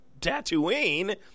Tatooine